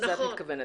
לזה את מתכוונת.